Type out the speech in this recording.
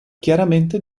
chiaramente